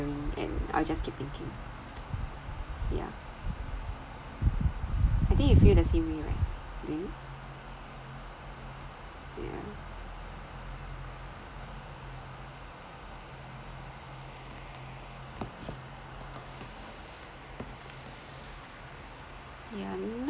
and I'll just keep thinking yeah I think you feel the same way right do you yeah and